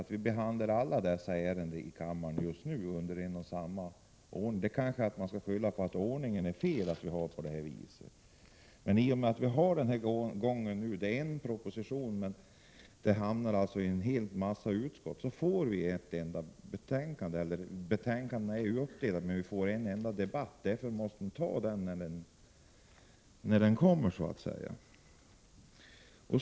Alla dessa betänkanden behandlas nu i kammaren i ett sammanhang, och det kanske är en felaktig ordning. Det finns en proposition i detta ärende som har hamnat i flera utskott, och det betyder att det har blivit många betänkanden men en enda debatt.